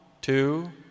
two